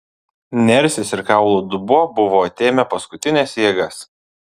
nersis ir kaulų dubuo buvo atėmę paskutines jėgas